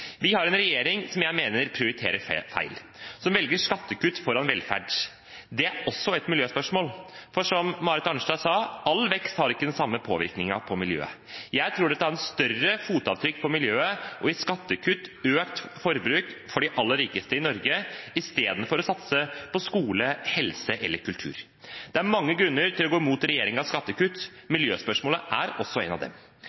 Vi har en regjering som jeg mener prioriterer feil, som velger skattekutt foran velferd. Det er også et miljøspørsmål, for som Marit Arnstad sa: all vekst har ikke den samme påvirkningen på miljøet. Jeg tror det vil bli større fotavtrykk på miljøet å gi skattekutt, økt forbruk, for de aller rikeste i Norge, istedenfor å satse på skole, helse eller kultur. Det er mange grunner til å gå imot regjeringens skattekutt